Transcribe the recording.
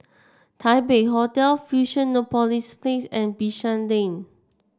Taipei Hotel Fusionopolis Place and Bishan Lane